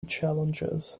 challenges